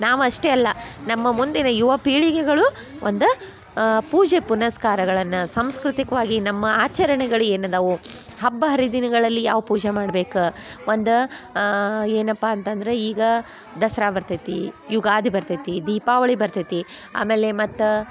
ನಾವು ಅಷ್ಟೇ ಅಲ್ಲ ನಮ್ಮ ಮುಂದಿನ ಯುವ ಪೀಳಿಗೆಗಳೂ ಒಂದು ಪೂಜೆ ಪುನಸ್ಕಾರಗಳನ್ನು ಸಾಂಸ್ಕೃತಿಕ್ವಾಗಿ ನಮ್ಮ ಆಚರಣೆಗಳು ಏನಿದವೋ ಹಬ್ಬ ಹರಿದಿನಗಳಲ್ಲಿ ಯಾವ ಪೂಜೆ ಮಾಡ್ಬೇಕು ಒಂದು ಏನಪ್ಪ ಅಂತಂದ್ರೆ ಈಗ ದಸರಾ ಬರ್ತೈತಿ ಯುಗಾದಿ ಬರ್ತೈತಿ ದೀಪಾವಳಿ ಬರ್ತೈತಿ ಆಮೇಲೆ ಮತ್ತು